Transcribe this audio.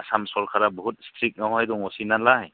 आसाम सरखारा बहुद स्ट्रिक दङसैनालाय